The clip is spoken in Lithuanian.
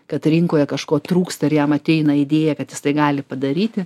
kad rinkoje kažko trūksta ir jam ateina idėja kad jis tai gali padaryti